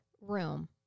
room